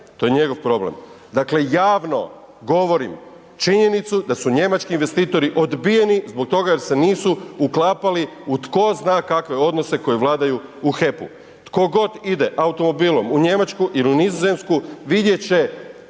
to je njegov problem. Dakle javno govorim činjenicu da su njemački investitori odbijeni zbog toga jer se nisu uklapali u tko zna kakve odnose koji vladaju u HEP-u. Tko god ide automobilom u Njemačku ili Nizozemsku vidjeti će